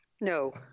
No